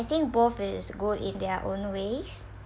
I think both is good in their own ways